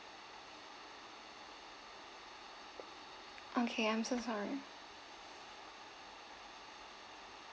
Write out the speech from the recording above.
okay I'm so sorry